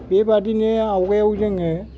बे बायदिनो आवगायाव जोङो